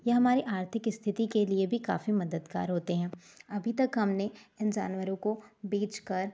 यह हमारे आर्थिक स्थिति के लिए भी काफ़ी मददगार होते हैं अभी तक हमने इन जानवरों को बेचकर